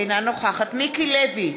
אינה נוכחת מיקי לוי,